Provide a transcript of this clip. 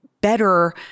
better